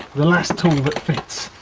the last tool that fits.